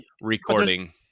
recording